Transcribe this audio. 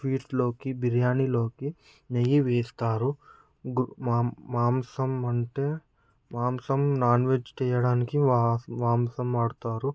స్వీట్స్లో బిర్యానీలో నెయ్యి వేస్తారు గు మా మాంసం అంటే మాంసం నాన్ వెజ్ చేయడానికి మా మాంసం వాడతారు